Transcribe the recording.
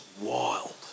wild